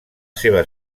seva